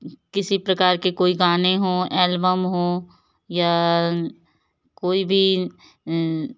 किसी प्रकार के कोई गाने हो एल्बम हों या कोई भी